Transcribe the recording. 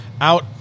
out